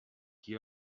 qui